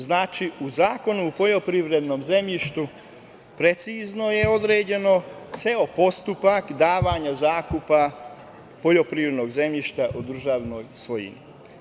Znači, u Zakonu o poljoprivrednom zemljištu precizno je određen ceo postupak davanja u zakup poljoprivrednog zemljišta u državnoj svojini.